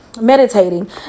meditating